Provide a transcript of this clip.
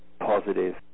positive